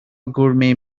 gourmet